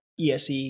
ESE